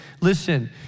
listen